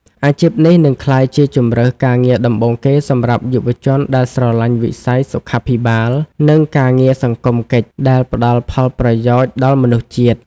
អាជីពនេះនឹងក្លាយជាជម្រើសការងារដំបូងគេសម្រាប់យុវជនដែលស្រឡាញ់វិស័យសុខាភិបាល និងការងារសង្គមកិច្ចដែលផ្តល់ផលប្រយោជន៍ដល់មនុស្សជាតិ។